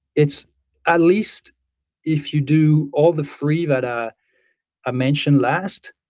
it's at least if you do all the three that i mentioned last,